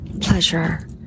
pleasure